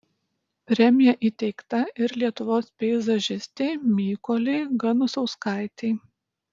premija įteikta ir lietuvos peizažistei mykolei ganusauskaitei